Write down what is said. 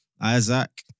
Isaac